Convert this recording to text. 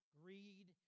greed